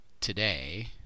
today